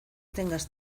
tengas